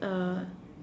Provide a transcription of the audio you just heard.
uh